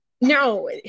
No